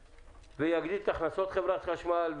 ויגדיל את הכנסות חברת החשמל.